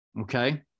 Okay